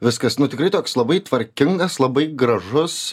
viskas nu tikrai toks labai tvarkingas labai gražus